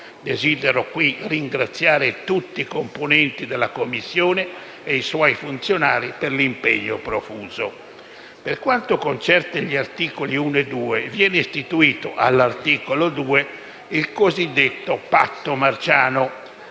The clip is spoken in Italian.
Desidero qui ringraziare tutti i componenti della Commissione e i suoi funzionari per l'impegno profuso. Per quanto concerne gli articoli 1 e 2, viene istituito, all'articolo 2, il cosiddetto patto marciano.